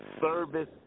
service